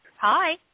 Hi